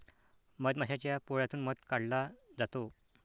मधमाशाच्या पोळ्यातून मध काढला जातो